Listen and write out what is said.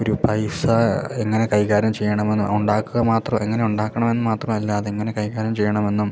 ഒരു പൈസ എങ്ങനെ കൈകാര്യം ചെയ്യണമെന്ന് ഉണ്ടാക്കുക മാത്രം എങ്ങനെ ഉണ്ടാക്കണം എന്ന് മാത്രമല്ല അതെങ്ങനെ കൈകാര്യം ചെയ്യണമെന്നും